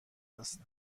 است